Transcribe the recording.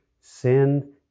sin